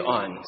on